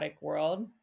world